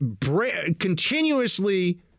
continuously